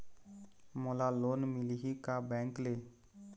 मोला लोन मिलही का बैंक ले?